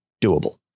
doable